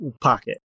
pocket